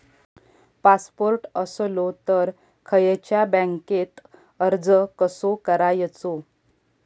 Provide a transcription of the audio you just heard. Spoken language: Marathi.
पासपोर्ट असलो तर खयच्या बँकेत अर्ज कसो करायचो?